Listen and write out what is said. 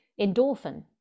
endorphin